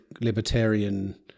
libertarian